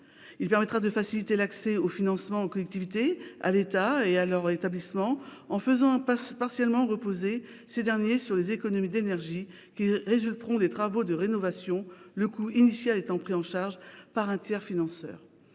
Il permettra de faciliter l'accès aux financements aux collectivités, à l'État et à leurs établissements en faisant partiellement reposer les investissements sur les économies d'énergie qui résulteront des travaux de rénovation, le coût initial étant pris en charge par un tiers-financeur.